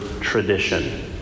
tradition